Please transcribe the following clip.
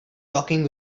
talking